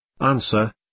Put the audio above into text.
Answer